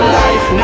life